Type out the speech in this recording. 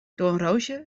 doornroosje